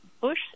Bush